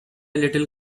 little